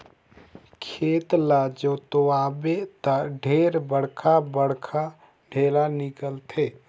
खेत ल जोतवाबे त ढेरे बड़खा बड़खा ढ़ेला निकलथे